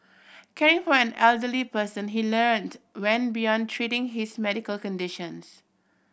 caring for an elderly person he learnt when beyond treating his medical conditions